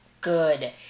good